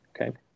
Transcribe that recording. Okay